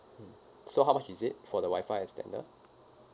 so how much is it for the wi-fi extender